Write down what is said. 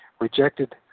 rejected